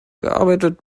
gearbeitet